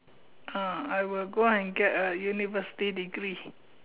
uh I will go and get a university degree